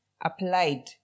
applied